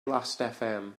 lastfm